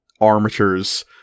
armatures